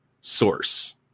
source